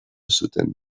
zuten